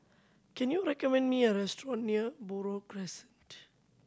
can you recommend me a restaurant near Buroh Crescent